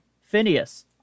Phineas